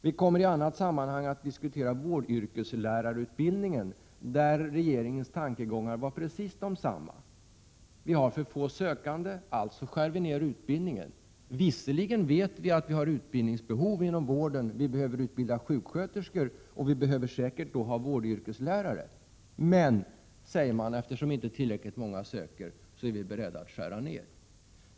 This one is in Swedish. Vi kommer i annat sammanhang att diskutera vårdyrkeslärarutbildningen, där regeringens tankegångar varit precis desamma. Vi har för få sökande — alltså skär vi ner utbildningen. Visserligen vet vi att vi har utbildningsbehov inom vården — vi behöver utbilda sjuksköterskor och behöver säkert då vårdyrkeslärare — men, säger man, eftersom det inte finns tillräckligt många sökande är vi beredda att skära ned.